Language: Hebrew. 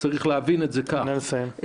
--- נא לסיים.